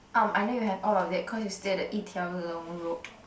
um I know you have all of that cause you stay at the Yi Tiao Long road